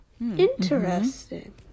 Interesting